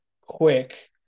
quick